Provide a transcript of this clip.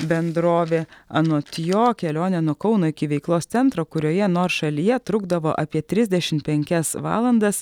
bendrovė anot jo kelionė nuo kauno iki veiklos centro kurioje nors šalyje trukdavo apie trisdešim penkias valandas